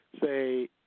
say